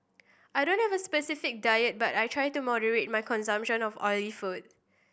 I don't have a specific diet but I try to moderate my consumption of oily food